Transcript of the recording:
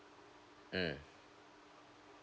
mm